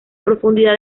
profundidad